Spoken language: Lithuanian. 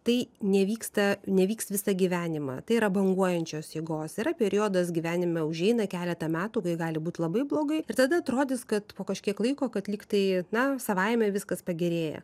tai nevyksta nevyks visą gyvenimą tai yra banguojančios jėgos yra periodas gyvenime užeina keletą metų kai gali būt labai blogai ir tada atrodys kad po kažkiek laiko kad lyg tai na savaime viskas pagerėja